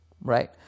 right